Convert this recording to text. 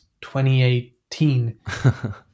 2018